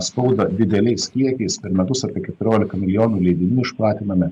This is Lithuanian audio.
spaudą dideliais kiekiais per metus apie keturiolika milijonų leidinių išplatiname